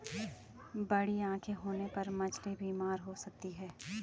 बड़ी आंखें होने पर मछली बीमार हो सकती है